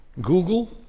Google